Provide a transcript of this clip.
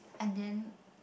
and then